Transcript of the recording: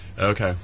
Okay